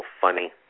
funny